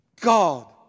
God